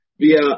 via